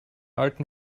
alten